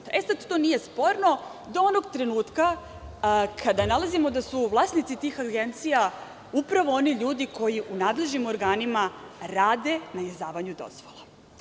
To nije sporno do onog trenutka kada nalazimo da su vlasnici tih agencija upravo oni ljudi koji u nadležnim organima rade na izdavanju dozvola.